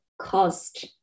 cost